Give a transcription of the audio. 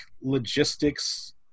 logistics